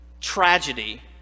tragedy